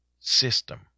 system